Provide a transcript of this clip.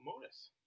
Modus